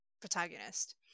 protagonist